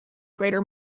greater